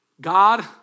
God